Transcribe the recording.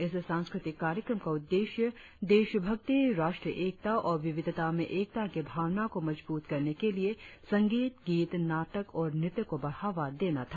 इस सांस्कृतिक कार्यक्रम का उद्देश्य देशभक्ति राष्ट्रीय एकता और विविधता में एकता की भावना को मजबूत करने के लिए संगीत गीत नाटक और नृत्य को बढ़ावा देना था